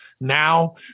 Now